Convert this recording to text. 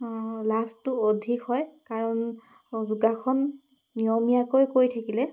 লাভটো অধিক হয় কাৰণ যোগাসন নিয়মীয়াকৈ কৰি থাকিলে